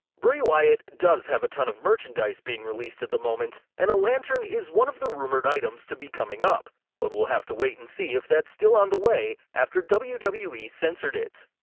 bray wyatt does have a ton of merchandise being released at the moment and a lantern is one of the rumored items to be coming up, but we'll have to wait and see if that's still on the way after wwe wwe censored it.